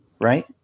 right